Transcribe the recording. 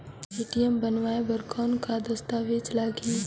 ATM बनवाय बर कौन का दस्तावेज लगही?